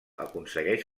aconsegueix